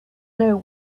know